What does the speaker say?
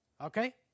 Okay